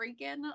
freaking